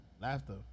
Laughter